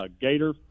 Gator